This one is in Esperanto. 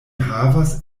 havis